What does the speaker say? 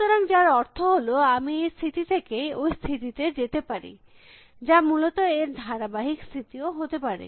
সুতরাং যার অর্থ হল আমি এই স্থিতি থেকে ওই স্থিতিতে যেতে পারি যা মূলত এর ধারাবাহিক স্থিতিও হতে পারে